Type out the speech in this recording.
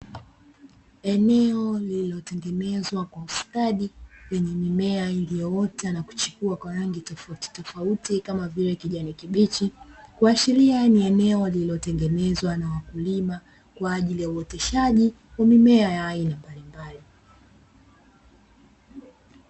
Eneo lililotengenezwa kwa ustadi, lenye mimea iliyoota na kuchipua kwa rangi tofautitofauti kama vile kijani kibichi, kuashiria ni eneo walilotengenezwa na wakulima kwa ajili ya uoteshaji wa mimea ya aina mbalimbali.